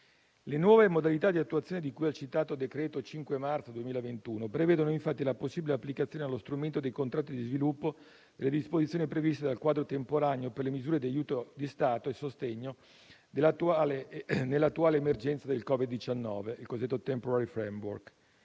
Le nuove modalità di attuazione di cui al citato decreto del 5 marzo 2021 prevedono infatti la possibile applicazione allo strumento dei contratti di sviluppo delle disposizioni previste dal quadro temporaneo per le misure di aiuto di Stato a sostegno dell'economia nell'attuale emergenza del Covid-19 (cosiddetto *temporary framework*).